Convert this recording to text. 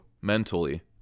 mentally